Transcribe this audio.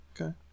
Okay